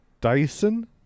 dyson